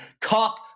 cop